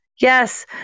Yes